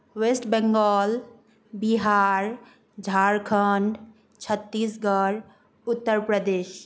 West Bengal Bihar Jharkhand Chhattisgarh Uttar Pradesh